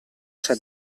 c’è